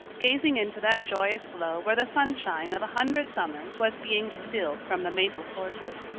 gazing into that joyous glow where the sunshine of a hundred summers was being distilled from the maple cordwood.